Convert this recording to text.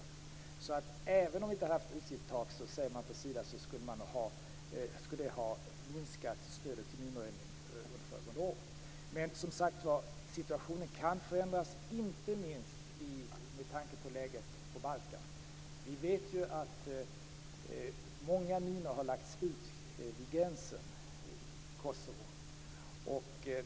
På Sida säger man att även om vi inte hade haft utgiftstaket skulle stödet till minröjning ha minskat under föregående år. Men situationen kan förändras, inte minst med tanke på läget på Balkan. Vi vet ju att många minor har lagts ut vid gränsen till Kosovo.